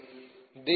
దీనిని 15